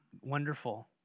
wonderful